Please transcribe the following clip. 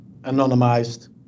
anonymized